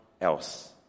else